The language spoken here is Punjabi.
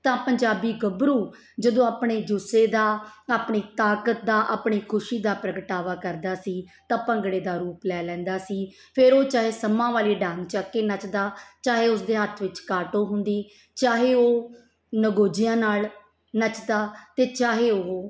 ਤਾਂ ਪੰਜਾਬੀ ਗੱਭਰੂ ਜਦੋਂ ਆਪਣੇ ਜੂਸੇ ਦਾ ਆਪਣੀ ਤਾਕਤ ਦਾ ਆਪਣੀ ਖੁਸ਼ੀ ਦਾ ਪ੍ਰਗਟਾਵਾ ਕਰਦਾ ਸੀ ਤਾਂ ਭੰਗੜੇ ਦਾ ਰੂਪ ਲੈ ਲੈਂਦਾ ਸੀ ਫਿਰ ਉਹ ਚਾਹੇ ਸੰਮਾਂ ਵਾਲੀ ਡਾਂਗ ਚੱਕ ਕੇ ਨੱਚਦਾ ਚਾਹੇ ਉਸਦੇ ਹੱਥ ਵਿੱਚ ਕਾਟੋ ਹੁੰਦੀ ਚਾਹੇ ਉਹ ਨਗੋਜਿਆਂ ਨਾਲ ਨੱਚਦਾ ਅਤੇ ਚਾਹੇ ਉਹ